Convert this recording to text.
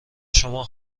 شما